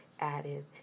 added